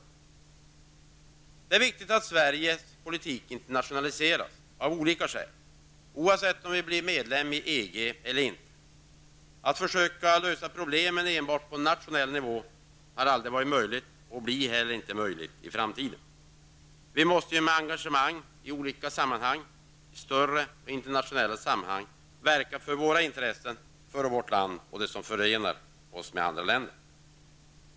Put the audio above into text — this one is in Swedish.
Det är av olika skäl viktigt att Sveriges politik ytterligare internationaliseras, oavsett om Sverige blir medlem i EG eller ej. Att lösa problem enbart på nationell nivå har aldrig varit möjligt, och det blir inte heller möjligt i framtiden. Vi måste vara beredda att genom aktivt engagemang i större internationella sammanhang verka för våra intressen, för vårt land och för det som förenar oss med andra länder.